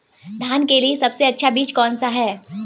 धान के लिए सबसे अच्छा बीज कौन सा है?